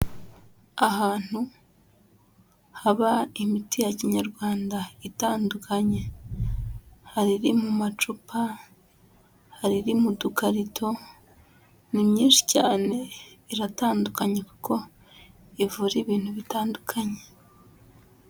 Ahantu haba imiti ya kinyarwanda itandukanye, hariri mu macupa, hari mu dugarito, ni myinshi cyane iratandukanye kuko ivura ibintu bitandukanye.